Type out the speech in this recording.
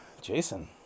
Jason